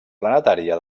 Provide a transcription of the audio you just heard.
planetària